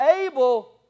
able